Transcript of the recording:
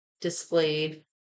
displayed